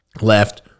Left